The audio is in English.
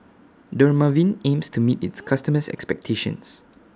Dermaveen aims to meet its customers' expectations